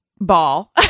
ball